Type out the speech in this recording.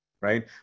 Right